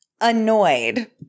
annoyed